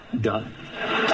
Done